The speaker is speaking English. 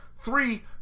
Three